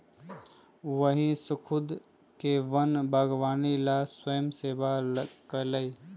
वही स्खुद के वन बागवानी ला स्वयंसेवा कई लय